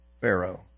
Pharaoh